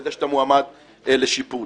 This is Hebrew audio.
בזה שאתה מועמד לשיפוט,